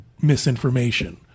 misinformation